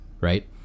right